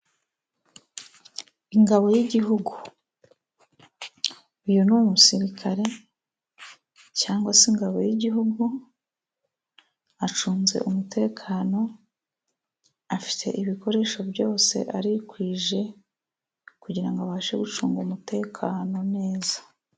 Ingabo y'igihugu, uyu ni umusirikare cyangwa se ingabo y'igihugu, acunze umutekano afite ibikoresho byose arikwije kugirango abashe gucunga umutekano neza.